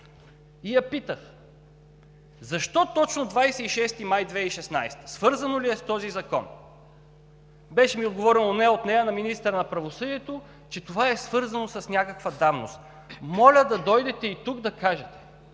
и я питах: „Защо точно 26 май 2016 г.? Свързано ли е с този закон?“ Беше ми отговорено не от нея, а от министъра на правосъдието, че това е свързано с някаква давност. Моля да дойдете и тук да кажете